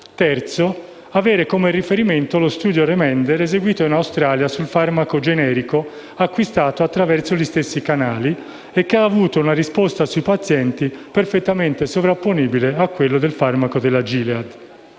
luogo, avere come riferimento lo studio Remender eseguito in Australia sul farmaco generico acquistato attraverso gli stessi canali e che ha avuto una risposta sui pazienti perfettamente sovrapponibile al farmaco della Gilead.